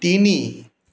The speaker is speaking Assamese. তিনি